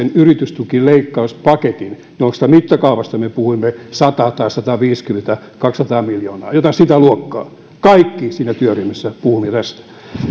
jonkinmoisen yritystukileikkauspaketin jonka mittakaavasta me puhuimme sata tai sataviisikymmentä kaksisataa miljoonaa jotain sitä luokkaa kaikki siinä työryhmässä puhuivat tästä